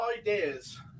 ideas